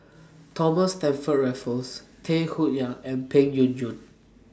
Thomas Stamford Raffles Tay Koh Yat and Peng Yuyun